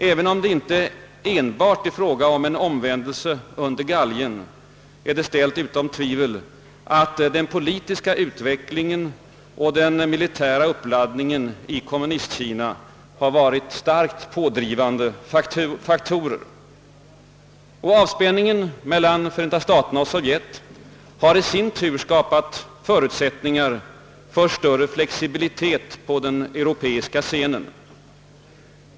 även om det inte enbart är fråga om en omvändelse under galgen är det alltså ställt utom tvivel, att den politiska utvecklingen och den militära uppladdningen i Kommunistkina har varit starkt pådrivande faktorer. Avspänningen mellan Förenta staterna och Sovjet har i sin tur skapat förutsättningar för större flexibilitet på den europeiska scenen.